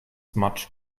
much